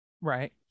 Right